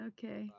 Okay